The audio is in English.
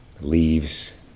leaves